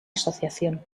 asociación